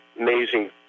amazing